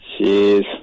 jeez